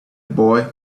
boy